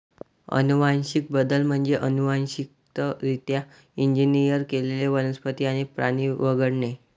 अनुवांशिक बदल म्हणजे अनुवांशिकरित्या इंजिनियर केलेले वनस्पती आणि प्राणी वगळणे